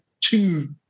two